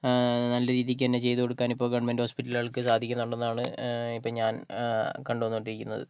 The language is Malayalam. നല്ല രീതിക്ക് തന്നെ ചെയ്ത് കൊടുക്കാൻ ഇപ്പോൾ ഗവണ്മെൻറ്റ് ഹോസ്പിറ്റലുകൾക്ക് സാധിക്കുന്നുണ്ടെന്നാണ് ഇപ്പം ഞാൻ കണ്ട് വന്നുകൊണ്ടിരിക്കുന്നത്